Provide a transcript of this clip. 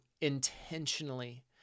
intentionally